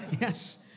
Yes